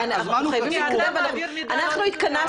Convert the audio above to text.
אנחנו חייבים להתקדם ואנחנו --- אתה מעביר מידע --- אנחנו התכנסנו